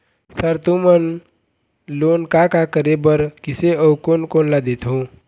Sir तुमन loan का का करें बर, किसे अउ कोन कोन ला देथों?